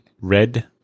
red